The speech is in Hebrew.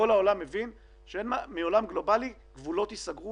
כל העולם הבין שמעולם גלובלי גבולות יסגרו